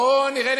בוא נראה,